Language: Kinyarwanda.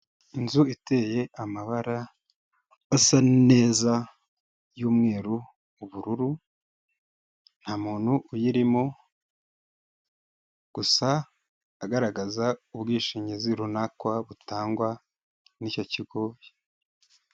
Inzu iteye amabara asa neza y'umweru, ubururu, nta muntu uyirimo, gusa agaragaza ubwishingizi runaka butangwa n'icyo kigo.